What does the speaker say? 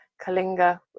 Kalinga